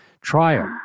trial